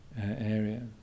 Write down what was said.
area